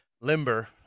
limber